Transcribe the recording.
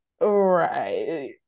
Right